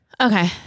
Okay